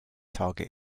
target